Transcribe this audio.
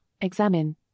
examine